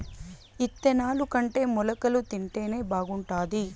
ఇత్తనాలుకంటే మొలకలు తింటేనే బాగుండాది